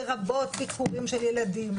לרבות ביקורים של ילדים,